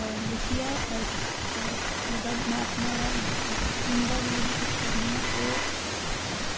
लिखियै मतलब में अपना जेह्ड़ा दिन दा जेह्ड़ा कुछ बी करनी आं ओह्